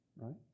Right